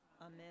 Amen